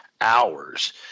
hours